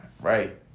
right